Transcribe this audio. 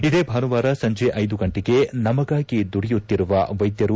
ಇದೇ ಭಾನುವಾರ ಸಂಜಿ ನ್ಗಂಟೆಗೆ ನಮಗಾಗಿ ದುಡಿಯುತ್ತಿರುವ ವೈದ್ಯರು